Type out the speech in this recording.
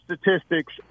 statistics